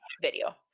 video